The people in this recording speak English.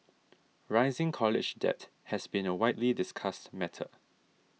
rising college debt has been a widely discussed matter